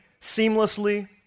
seamlessly